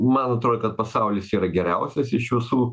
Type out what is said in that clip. man atrodo kad pasaulis yra geriausias iš visų